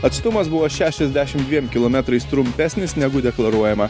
atstumas buvo šešiasdešim dviem kilometrais trumpesnis negu deklaruojama